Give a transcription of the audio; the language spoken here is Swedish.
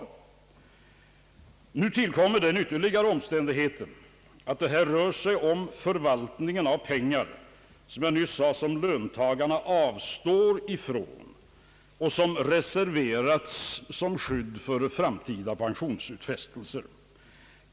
Nu tillkommer ytterligare den omständigheten, att det här rör sig om förvaltningen av pengar som — vilket jag nyss framhöll — löntagarna avstår ifrån och som reserverats som skydd för pensionsutfästelser.